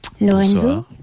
Lorenzo